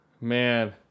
Man